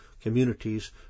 communities